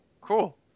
cool